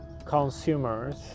Consumers